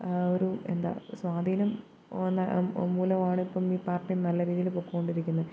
ഒരു എന്താ സ്വാധീനം എന്താ മൂലമാണിപ്പം ഈ പാർട്ടി നല്ല രീതിയിൽ പൊയ്ക്കൊണ്ടിരിക്കുന്നത്